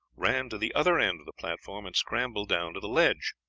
ran to the other end of the platform and scrambled down to the ledge.